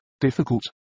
difficult